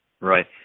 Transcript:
Right